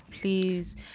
please